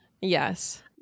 Yes